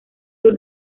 sur